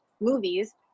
movies